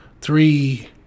three